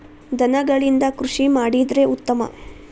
ದನಗಳಿಂದ ಕೃಷಿ ಮಾಡಿದ್ರೆ ಉತ್ತಮ